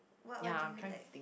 what what do you like